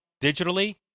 digitally